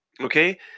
okay